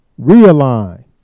realign